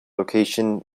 location